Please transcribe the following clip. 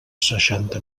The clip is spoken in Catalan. seixanta